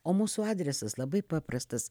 o mūsų adresas labai paprastas